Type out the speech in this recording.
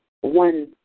one